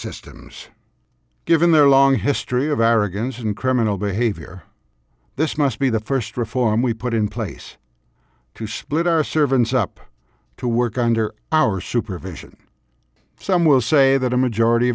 systems given their long history of arrogance and criminal behavior this must be the first reform we put in place to split our servants up to work under our supervision some will say that a majority